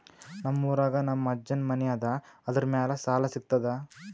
ನಮ್ ಊರಾಗ ನಮ್ ಅಜ್ಜನ್ ಮನಿ ಅದ, ಅದರ ಮ್ಯಾಲ ಸಾಲಾ ಸಿಗ್ತದ?